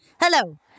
hello